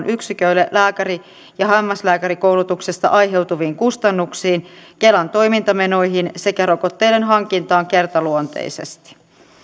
yksiköille lääkäri ja hammaslääkärikoulutuksesta aiheutuviin kustannuksiin kelan toimintamenoihin sekä rokotteiden hankintaan kertaluonteisesti